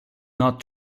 not